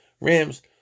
rams